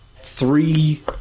three